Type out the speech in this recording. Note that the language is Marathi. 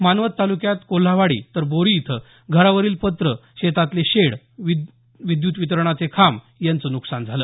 मानवत तालुक्यात कोल्हावाडी तर बोरी इथं घरावरील पत्रं शेतातले शेड विद्यत वितरणाचे खांब यांचं नुकसान झालं